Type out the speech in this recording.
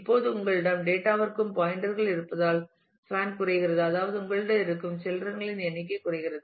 இப்போது உங்களிடம் டேட்டா ற்கும் பாயின்டர்கள் இருப்பதால் பேன் குறைகிறது அதாவது உங்களிடம் இருக்கும் சில்ரன் களின் எண்ணிக்கை குறைகிறது